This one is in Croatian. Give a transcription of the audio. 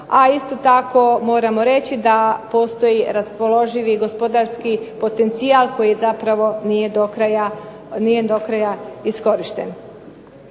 a isto tako moramo reći da postoji raspoloživi gospodarski potencijal koji zapravo nije dokraja iskorišten.